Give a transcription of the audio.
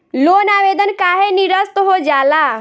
Loan आवेदन काहे नीरस्त हो जाला?